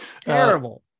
Terrible